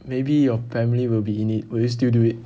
maybe your family will be in it will you still do it